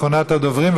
אחרונת הדוברים,